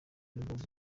nubwo